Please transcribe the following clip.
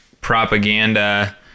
propaganda